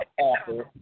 awful